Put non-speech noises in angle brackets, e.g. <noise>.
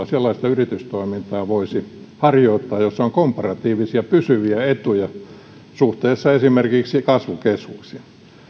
<unintelligible> sellaista yritystoimintaa maaseudulla voisi harjoittaa jossa on komparatiivisia pysyviä etuja suhteessa esimerkiksi kasvukeskuksiin